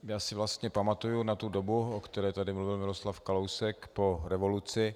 Já si vlastně pamatuju na tu dobu, o které tady mluvil Miroslav Kalousek, po revoluci.